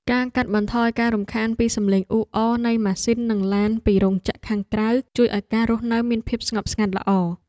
ការកាត់បន្ថយការរំខានពីសំឡេងអ៊ូអរនៃម៉ាស៊ីននិងឡានពីរោងចក្រខាងក្រៅជួយឱ្យការរស់នៅមានភាពស្ងប់ស្ងាត់ល្អ។